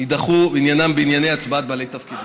שעניינם הצבעת בעלי תפקידים,